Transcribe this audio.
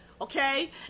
okay